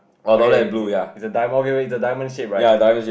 okay is a diam~ okay it's a diamond shape right